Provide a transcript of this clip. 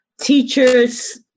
Teachers